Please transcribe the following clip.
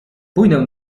pójdę